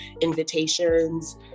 invitations